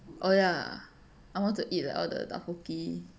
oh ya I want to eat like all the dakuki